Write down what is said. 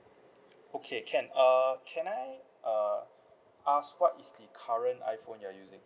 okay can uh can I uh ask what is the current iPhone you're using